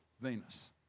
Venus